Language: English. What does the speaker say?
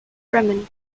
bremen